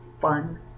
Fun